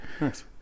Nice